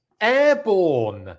Airborne